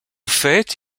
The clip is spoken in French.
fête